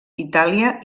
itàlia